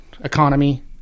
economy